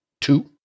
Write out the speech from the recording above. Two